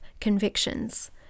convictions